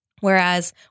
Whereas